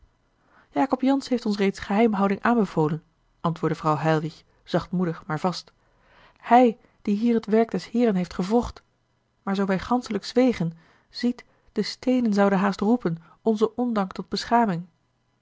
jacob jansz heeft ons reeds geheimhouding aanbevolen antwoordde vrouw heilwich zachtmoedig maar vast hij die hier het werk des heeren heeft gewrocht maar zoo wij ganschelijk zwegen ziet de steenen zouden haast roepen onzen ondank tot beschaming